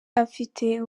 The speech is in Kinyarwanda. afite